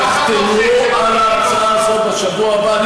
יחתמו על ההצעה הזאת בשבוע הבא.